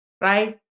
right